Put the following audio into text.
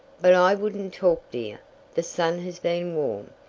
but i wouldn't talk dear the sun has been warm,